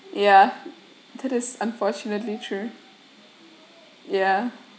ya that is unfortunately true ya